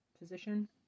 position